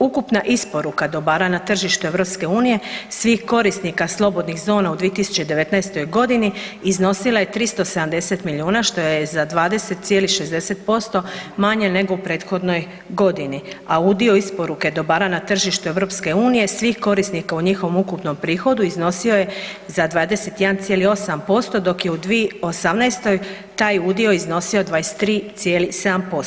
Ukupna isporuka dobara na tržište EU-a svih korisnika slobodnih zona u 2019. g. iznosila je 370 milijuna, što je za 20,60% manje nego u prethodnoj godini a udio isporuke dobara na tržište EU-a svih korisnika u njihovom ukupnom prihodu iznosio je za 21,8% dok je u 2018. taj udio iznosio 23,7%